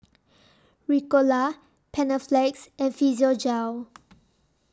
Ricola Panaflex and Physiogel